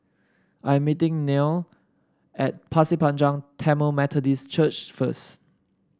I am meeting Nell at Pasir Panjang Tamil Methodist Church first